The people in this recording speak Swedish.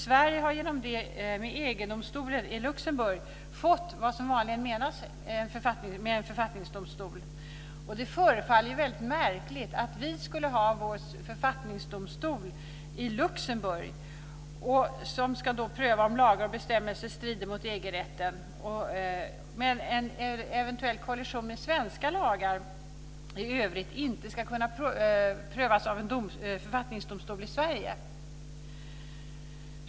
Sverige har genom det med EG-domstolen i Luxemburg fått vad som vanligen menas med en författningsdomstol. Det förefaller väldigt märkligt att vi skulle ha vår författningsdomstol i Luxemburg, där det ska prövas om lagar och bestämmelser strider mot EG-rätten, medan en eventuell kollision med svenska lagar i övrigt inte ska kunna prövas av en författningsdomstol i Sverige.